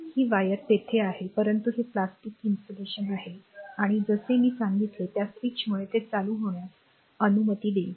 ही wire तेथे आहे परंतु हे प्लास्टिक इन्सुलेशन आहे आणि जसे मी सांगितले त्या स्विचमुळे हे चालू होण्यास अनुमती देईल